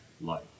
life